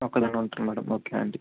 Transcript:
ఒక్కదానివే ఉంటారా ఓకే అండి